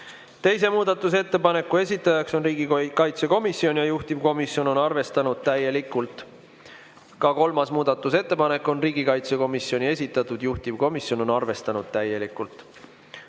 Teise muudatusettepaneku esitaja on riigikaitsekomisjon ja juhtivkomisjon on seda arvestanud täielikult. Ka kolmas muudatusettepanek on riigikaitsekomisjoni esitatud, juhtivkomisjon on arvestanud täielikult.